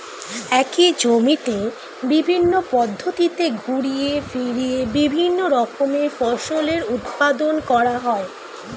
একই জমিতে বিভিন্ন পদ্ধতিতে ঘুরিয়ে ফিরিয়ে বিভিন্ন রকমের ফসলের উৎপাদন করা হয়